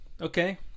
Okay